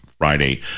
friday